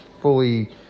fully